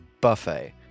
buffet